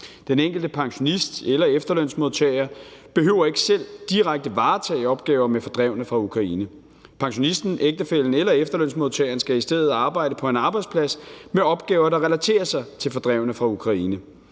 Den enkelte pensionist eller efterlønsmodtager behøver ikke selv direkte at varetage opgaver med fordrevne fra Ukraine. Pensionisten, ægtefællen eller efterlønsmodtageren skal i stedet arbejde på en arbejdsplads med opgaver, der relaterer sig til fordrevne fra Ukraine.